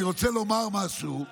אני רוצה לומר משהו,